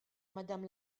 madame